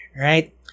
right